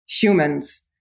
humans